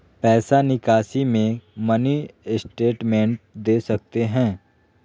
पैसा निकासी में मिनी स्टेटमेंट दे सकते हैं?